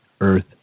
Earth